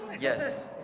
Yes